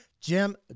Jim